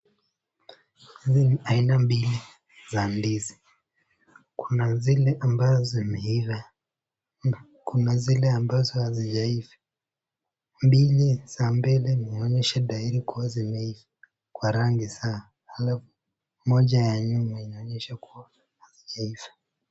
Kuna aina mbili za ndizi Kuna zile ambazo zimeiva na Kuna zile ambayo hazijaiva, mbili za mbele zinaonyesha dhairi kuwa zimeiva kwa rangi zao halafu Moja ya nyuma inaonyesha kuwa hazijaiva.